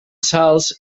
salts